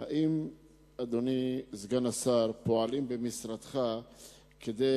אדוני סגן השר: האם פועלים במשרדך כדי